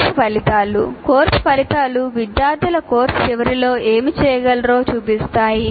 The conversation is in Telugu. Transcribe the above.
కోర్సు ఫలితాలు కోర్సు ఫలితాలు విద్యార్థులు కోర్సు చివరిలో ఏమి చేయగలరో చూపిస్తాయి